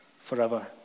forever